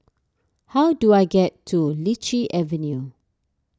how do I get to Lichi Avenue